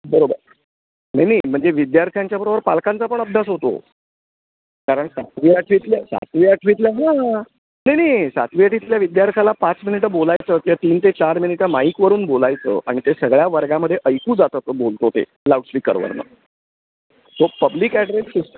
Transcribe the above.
बरोबर नाही नाही म्हणजे विद्यार्थ्यांच्याबरोबर पालकांचा पण अभ्यास होतो कारण सातवी आठवीतल्या सातवी आठवीतल्या हां नाही नाही सातवी आठवितल्या विद्यार्थ्याला पाच मिनिटं बोलायचं किवा तीन ते चार मिनिटं माईकवरून बोलायचं आणि ते सगळ्या वर्गामध्ये ऐकू जातं तो बोलतो ते लाऊडस्पीकरवरून तो पब्लिक ॲड्रेस सु